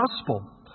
gospel